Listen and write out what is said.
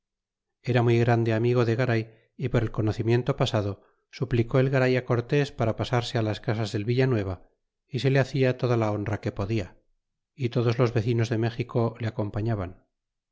era muy grande amigo de garay y por el conocimiento pasado suplicó el garay cortés para pasarse las casas del villanueva y se le hacia toda la honra que podia y todos los vecinos de méxico le acompaliaban